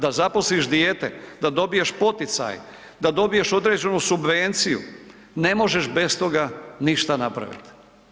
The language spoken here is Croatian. Da zaposliš dijete, da dobiješ poticaj, da dobiješ određenu subvenciju, ne možeš bez toga ništa napravit.